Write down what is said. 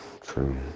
True